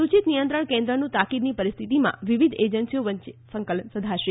સૂચીત નિયંત્રણ કેન્દ્રનું તાકીદની પરિસ્થિતીમાં વિવિધ એજન્સીઓ વચ્ચે સંકલન સા ધશે